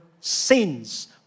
sins